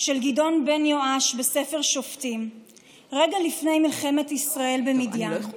של גדעון בן יואש בספר שופטים רגע מלחמת ישראל במדיין: